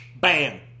bam